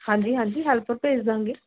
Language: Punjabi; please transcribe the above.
ਹਾਂਜੀ ਹਾਂਜੀ ਹੈਲਪਰ ਭੇਜ ਦਾਂਗੇ